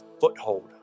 foothold